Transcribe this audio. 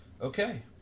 Okay